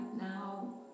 now